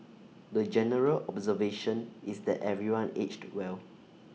the general observation is that everyone aged well